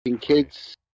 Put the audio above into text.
kids